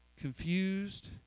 confused